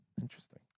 Interesting